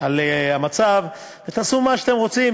על המצב, ותעשו מה שאתם רוצים.